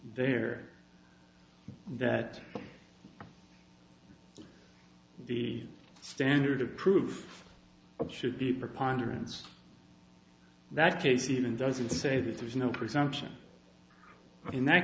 there that the standard of proof of should be preponderance that case even doesn't say that there is no presumption in that